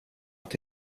att